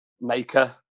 maker